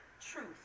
truth